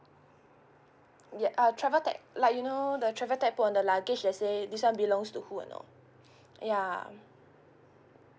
ya ah travel tag like you know the travel tag put on the luggage that says this one belongs to who you know ya